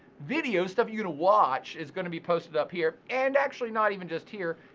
videos, stuff you're gonna watch, is gonna be posted up here. and actually not even just here,